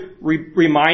remind